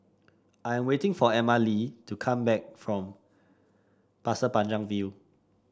I am waiting for Emmalee to come back from Pasir Panjang View